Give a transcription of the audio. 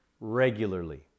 regularly